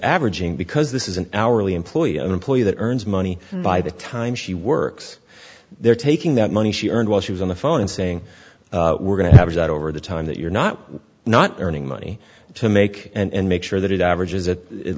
averaging because this is an hourly employee an employee that earns money by the time she works they're taking that money she earned while she was on the phone and saying we're going to have it over the time that you're not not earning money to make and make sure that it averages at